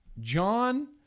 John